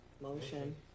Motion